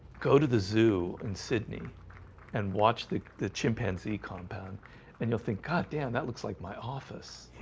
go to the zoo in sydney and watch the the chimpanzee compound and you'll think god damn that looks like my office